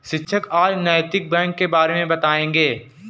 शिक्षक आज नैतिक बैंक के बारे मे बताएँगे